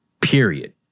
period